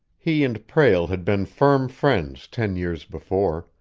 he and prale had been firm friends ten years before,